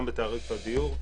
גם בתעריף הדיור,